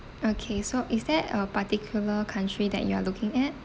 okay so is there a particular country that you are looking at